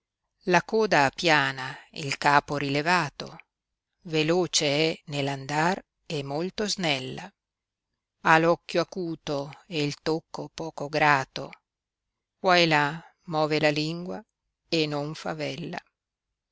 la coda ha piana il capo rilevato veloce è ne andar e molto snella ha occhio acuto e tocco poco grato qua e là move la lingua e non favella